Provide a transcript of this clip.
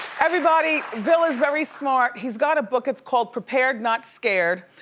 everybody, bill is very smart, he's got a book, it's called, prepared, not scared,